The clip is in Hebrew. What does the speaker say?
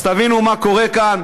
אז תבינו מה קורה כאן.